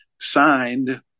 signed